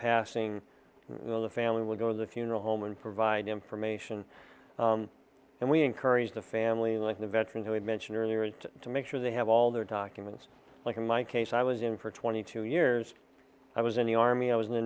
passing the family will go to the funeral home and provide information and we encourage the family like the veterans who had mentioned earlier and to make sure they have all their documents like in my case i was in for twenty two years i was in the army i was in the